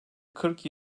kırk